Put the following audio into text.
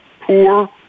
poor